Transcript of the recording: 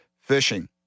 fishing